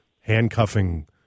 handcuffing